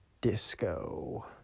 disco